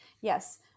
yes